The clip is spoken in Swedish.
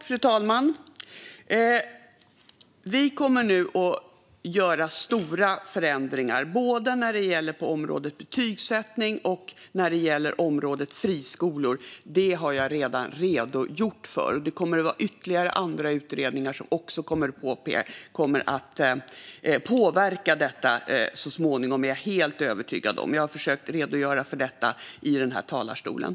Fru talman! Vi kommer nu att göra stora förändringar på områdena betygsättning och friskolor. Det har jag redan redogjort för. Och jag är helt övertygad om att ytterligare utredningar kommer att påverka detta så småningom. Jag har försökt att redogöra för detta i talarstolen.